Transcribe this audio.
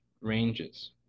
ranges